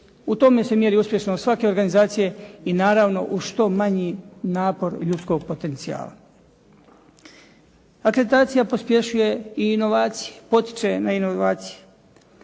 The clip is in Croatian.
u tome se mjeri uspješnost svake organizacije i naravno uz što manji napor ljudskog potencijala. Akreditacija pospješuje i inovacije, potiče na inovacije,